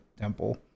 temple